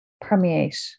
permeate